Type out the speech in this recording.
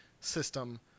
system